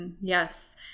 Yes